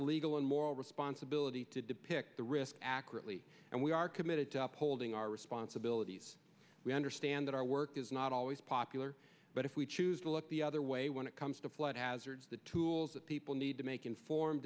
a legal and moral responsibility to depict the risks accurately and we are committed to upholding our responsibilities we understand that our work is not always popular but if we choose to look the other way when it comes to plot hazards the tools that people need to make informed